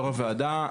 יו"ר הוועדה,